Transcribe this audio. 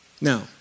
Now